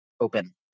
open